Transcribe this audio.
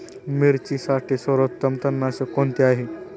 मिरचीसाठी सर्वोत्तम तणनाशक कोणते आहे?